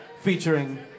featuring